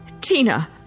Tina